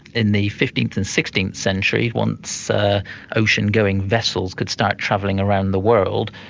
in the fifteenth and sixteenth century, once ocean-going vessels could start travelling around the world,